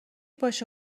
باشه